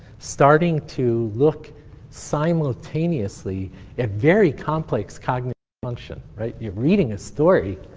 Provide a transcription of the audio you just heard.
starting to look simultaneously at very complex cognitive function, right? you're reading a story,